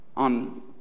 On